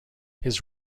his